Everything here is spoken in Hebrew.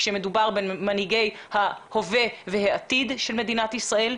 כאשר מדובר במנהיגי ההווה והעתיד של מדינת ישראל.